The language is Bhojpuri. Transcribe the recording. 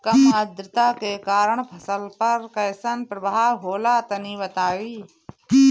कम आद्रता के कारण फसल पर कैसन प्रभाव होला तनी बताई?